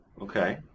Okay